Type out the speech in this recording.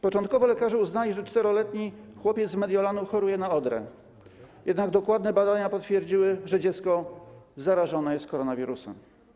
Początkowo lekarze uznali, że czteroletni chłopiec z Mediolanu choruje na odrę, jednak dokładne badania potwierdziły, że dziecko zarażone jest koronawirusem.